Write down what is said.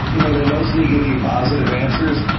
you know they mostly give you positive answers.